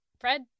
Fred